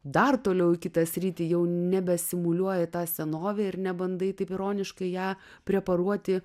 dar toliau į kitą sritį jau nebe simuliuoja tą senovę ir nebandai taip ironiškai ją preparuoti